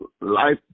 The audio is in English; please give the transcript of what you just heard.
Life